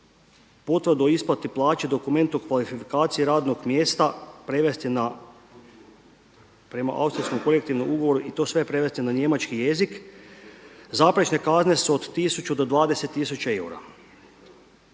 potvrdu o isplati plaće dokumentom kvalifikacije radnog mjesta prevesti prema austrijskom kolektivnom ugovoru i to sve prevesti na njemački jezik. Zapriječene kazne su od 1000 do 20000 eura.